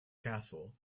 castle